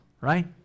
right